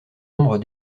nombre